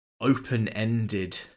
open-ended